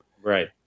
Right